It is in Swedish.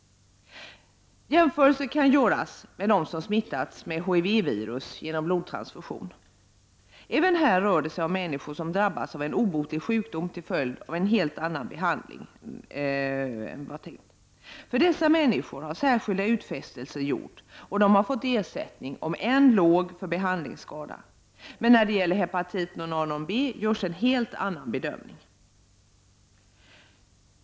Jämförelse kan göras med dem som smittats av HIV-virus genom blodtransfusioner. Även här rör det sig om människor som drabbats av en obotlig sjukdom till följd av en helt annan behandling. För dessa människor har särskilda utfästelser gjort, och de har fått ersättning — om än låg — för behandlingsskada. Men när det gäller hepatit non A non B görs en helt annan bedömning.